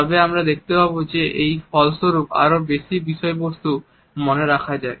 তবে আমরা দেখতে পাই যে এর ফলস্বরূপ আরো বেশি বিষয়বস্তু মনে রাখা যায়